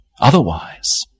otherwise